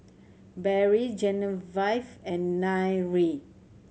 Barrie Genevieve and Nyree